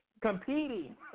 competing